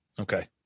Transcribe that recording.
Okay